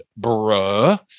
bruh